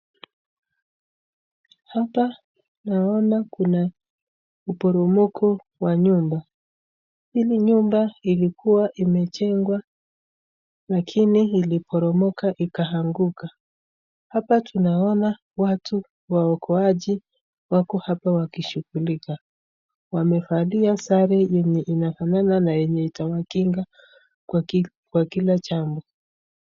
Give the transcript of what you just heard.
Hapa naona kuna mporomoko wa nyumba. Hili nyumba ilikuwa imejengwa lakini iliporomoka ikaanguka. Hapa tunaona watu waokoaji wako hapa wakishukulika. Wamevalia sare yenye inafanana na yenye itawakinga kwa kila jambo.